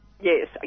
Yes